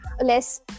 less